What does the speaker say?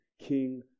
King